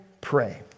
pray